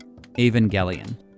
Evangelion